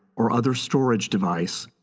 or other storage device,